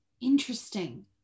interesting